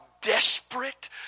desperate